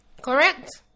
correct